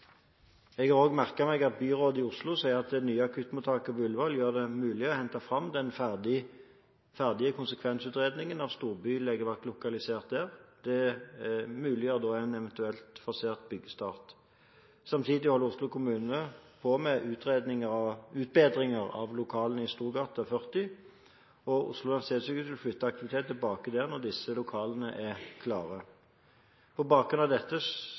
Jeg har også merket meg at byrådet i Oslo sier at det nye akuttmottaket på Ullevål gjør det mulig å hente fram den ferdige konsekvensutredningen av en storbylegevakt lokalisert der. Det muliggjør en eventuelt forsert byggestart. Samtidig holder Oslo kommune på med utbedringer av lokalene i Storgata 40, og Oslo universitetssykehus vil flytte aktivitet tilbake dit når disse lokalene er klare. På bakgrunn av dette